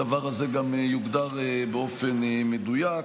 הדבר הזה גם יוגדר באופן מדויק.